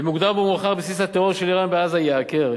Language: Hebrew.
במוקדם או במאוחר בסיס הטרור של אירן בעזה ייעקר.